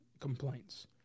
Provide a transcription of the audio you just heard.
complaints